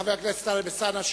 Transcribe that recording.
חבר הכנסת טלב אלסאנע,